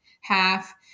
half